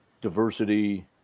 diversity